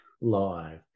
live